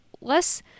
Less